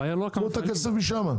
תנו אותו משם.